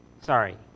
Sorry